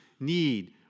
need